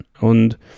Und